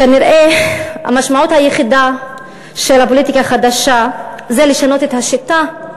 כנראה המשמעות היחידה של הפוליטיקה החדשה זה לשנות את השיטה,